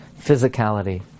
physicality